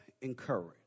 encourage